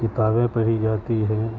کتابیں پڑھی جاتی ہے